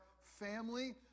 family